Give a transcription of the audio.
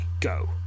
Go